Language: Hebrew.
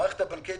המערכת הבנקאית,